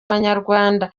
abanyarwanda